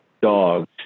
dogs